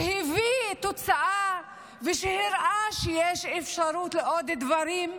שהביא תוצאה, ושהראה שיש אפשרות לעוד דברים,